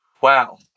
wow